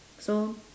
so